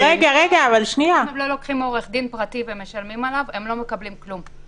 אם הם לא לוקחים עורך דין פרטי ומשלמים עליו הם לא מקבלים כלום.